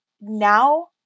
now